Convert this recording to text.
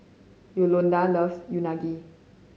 Yolanda loves Unagi